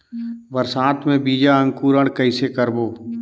बरसात मे बीजा अंकुरण कइसे करबो?